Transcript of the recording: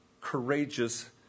courageous